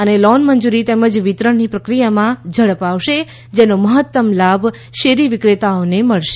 અને લોન મંજૂરી તેમજ વિતરણની પ્રક્રિયામાં ઝડપ આવશે જેનો મહત્તમ લાભ શેરી વિક્રેતાઓને મળશે